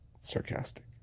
sarcastic